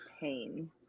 pain